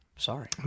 Sorry